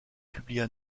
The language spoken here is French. publia